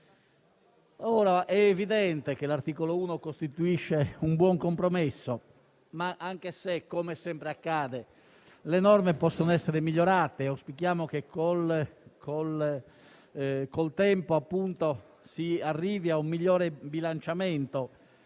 Ora, è evidente che l'articolo 1 costituisce un buon compromesso, anche se, come sempre accade, le norme possono essere migliorate. Auspichiamo che con il tempo si arrivi a un migliore bilanciamento